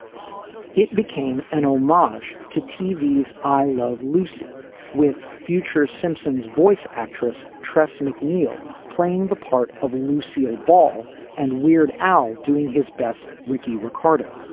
it became an old marge to t v s i love lucy with future simpson's voice actress trest mcneil playing the part of lucille ball and weird al doing his best ricky ricardo.